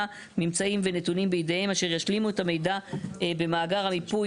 ממצאים ונתונים בידיהם אשר ישלימו את המידע במאגר המיפוי".